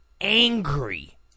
angry